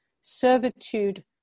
servitude